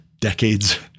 decades